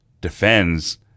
defends